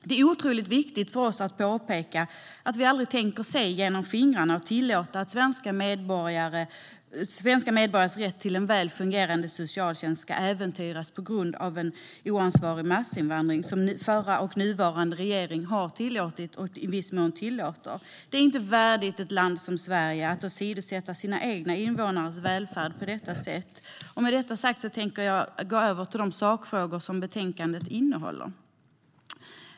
Det är otroligt viktigt för oss att påpeka att vi aldrig tänker se genom fingrarna och tillåta att svenska medborgares rätt till en väl fungerande socialtjänst ska äventyras på grund av en oansvarig massinvandring som den förra och den nuvarande regeringen har tillåtit och i viss mån tillåter. Det är inte värdigt ett land som Sverige att åsidosätta sina egna invånares välfärd på detta sätt. Med detta sagt tänker jag gå över till de sakfrågor som betänkandet innehåller.